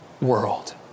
world